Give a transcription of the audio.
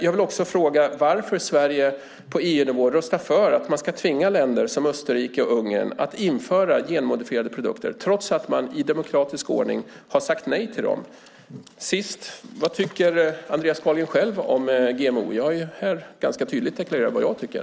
Jag vill också fråga varför Sverige på EU-nivå röstar för att man ska tvinga länder, som Österrike och Ungern, att införa genmodifierade produkter, trots att de, i demokratisk ordning, har sagt nej till dem. Vad tycker Andreas Carlgren själv om GMO? Jag har ganska tydligt deklarerat vad jag tycker.